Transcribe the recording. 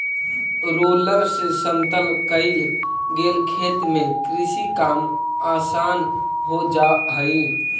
roller से समतल कईल गेल खेत में कृषि काम आसान हो जा हई